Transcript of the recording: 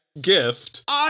gift